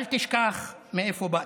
אל תשכח מאיפה באת.